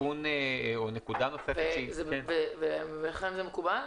עליכם זה מקובל?